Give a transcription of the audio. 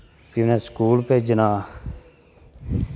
फ्ही उ'नै स्कूल भेजना